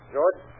George